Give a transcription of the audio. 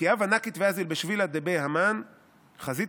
"כי הוה נקיט ואזיל בשבילא דבי המן חזיתיה